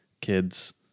kids